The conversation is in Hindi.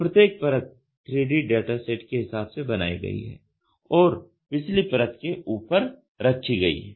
तो प्रत्येक परत 3D डाटा सेट के हिसाब से बनाई गई है और पिछली परत के ऊपर रखी गई है